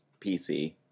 PC